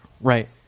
right